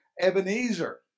Ebenezer